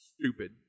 stupid